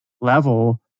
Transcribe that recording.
level